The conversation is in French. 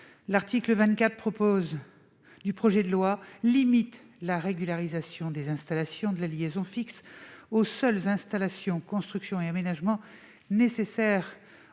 L'article 24 du projet de loi limite la régularisation des installations de la liaison fixe aux seules « installations, constructions et aménagements nécessaires